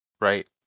right